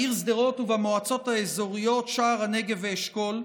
בעיר שדרות ובמועצות האזוריות שער הנגב ואשכול,